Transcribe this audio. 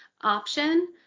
option